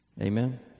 Amen